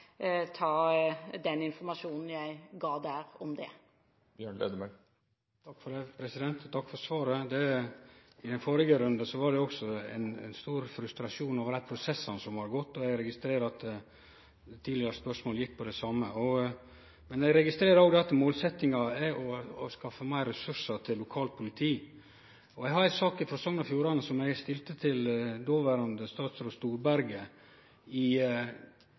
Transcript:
ta den informasjonen jeg da ga om dette. Takk for svaret. I den førre runden var det også stor frustrasjon over dei prosessane som har vore. Eg registrerer at tidlegare spørsmål gjekk på det same. Eg registrerer òg at målsetjinga er å skaffe fleire ressursar til lokalt politi. Eg har ei sak frå Sogn og Fjordane. Den 1. juni 2011 stilte eg eit spørsmål til dåverande statsråd Storberget som galdt samanslåinga av Sogndal lensmannskontor og Leikanger lensmannskontor. Ei ferdigbehandla sak låg i